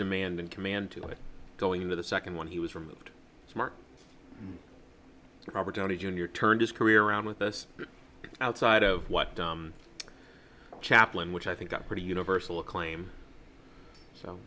demand in command to it going into the second one he was removed smart robert downey jr turned his career around with us outside of what chaplin which i think got pretty universal acclaim so